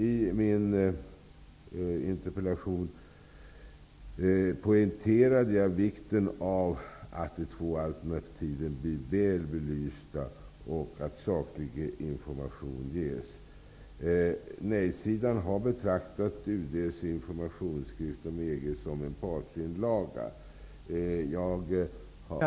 I min interpellation poängterade jag vikten av att de två alternativen blir väl belysta och att saklig information ges. Nej-sidan har betraktat UD:s informationsskrift om EG som en partsinlaga.